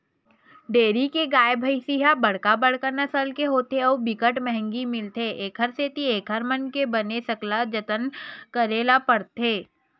dairy के गाय, भइसी मन ह बड़का बड़का नसल के होथे अउ बिकट महंगी मिलथे, एखर सेती एकर मन के बने सकला जतन करे ल परथे